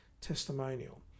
testimonial